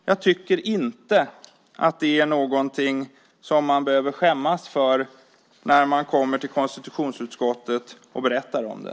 Jag tycker inte att det är någonting som man behöver skämmas för när man kommer till konstitutionsutskottet och berättar om det.